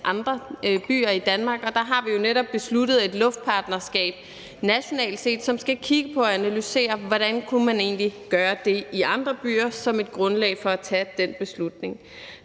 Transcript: andre byer i Danmark. Og der har vi jo netop besluttet os for et luftpartnerskab nationalt set, som skal kigge på og analysere, hvordan man egentlig kunne gøre det i andre byer, som et grundlag for at tage den beslutning.